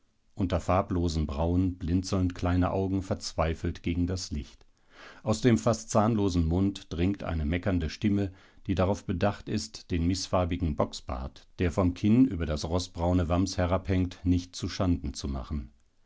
unter farblosen brauen blinzeln kleine augen verzweifelt gegen das licht aus dem fast zahnlosen mund dringt eine meckernde stimme die darauf bedacht ist den mißfarbigen bocksbart der vom kinn über das rostbraune wams herabhängt nicht zuschanden zu machen